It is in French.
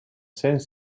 saint